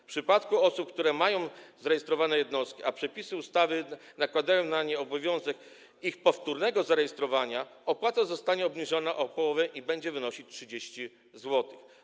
W przypadku osób, które mają zarejestrowane jednostki, a przepisy ustawy nakładają na nie obowiązek powtórnego ich zarejestrowania, opłata zostanie obniżona o połowę i będzie wynosić 30 zł.